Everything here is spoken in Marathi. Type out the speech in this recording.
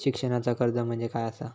शिक्षणाचा कर्ज म्हणजे काय असा?